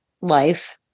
life